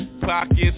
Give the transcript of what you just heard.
pockets